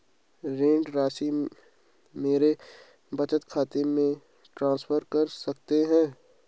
ऋण राशि मेरे बचत खाते में ट्रांसफर कर सकते हैं?